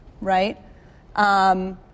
right